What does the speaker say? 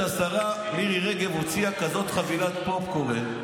השרה מירי רגב הוציאה כזאת חבילת פופקורן,